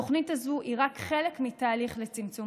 התוכנית הזאת היא רק חלק מתהליך לצמצום